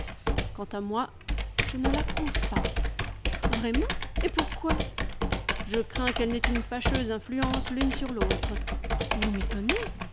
quant à moi je ne l'approuve pas vraiment et pourquoi je crains qu'elles n'aient une fâcheuse influence l'une sur l'autre vous m'étonnez